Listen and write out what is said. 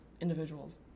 individuals